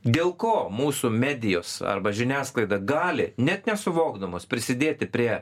dėl ko mūsų medijos arba žiniasklaida gali net nesuvokdamos prisidėti prie